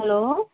hello